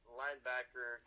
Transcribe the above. linebacker